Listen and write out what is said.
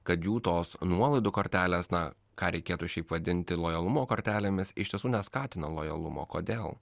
kad jų tos nuolaidų kortelės na ką reikėtų šiaip vadinti lojalumo kortelėmis iš tiesų neskatina lojalumo kodėl